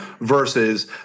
versus